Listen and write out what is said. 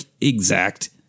exact